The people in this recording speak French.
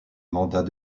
mandat